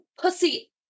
pussy